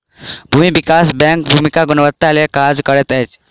भूमि विकास बैंक भूमिक गुणवत्ताक लेल काज करैत अछि